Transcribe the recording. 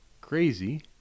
Crazy